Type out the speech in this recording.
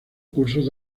cursos